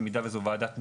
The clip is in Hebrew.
במידה וזו ועדת משמעת,